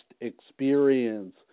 experience